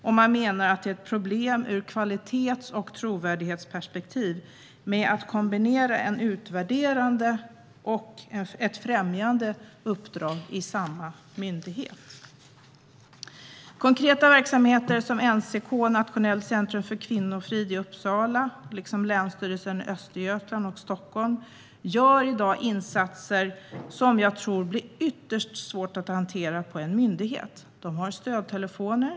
Och man menar att det är ett problem ur ett kvalitets och trovärdighetsperspektiv att kombinera ett utvärderande och ett främjande uppdrag i samma myndighet. Konkreta verksamheter som NCK, Nationellt centrum för kvinnofrid, i Uppsala och länsstyrelserna i Östergötland och i Stockholm gör i dag insatser som jag tror att det blir ytterst svårt att hantera på en myndighet. De har stödtelefoner.